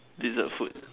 dessert food